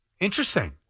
Interesting